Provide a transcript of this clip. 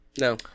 No